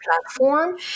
platform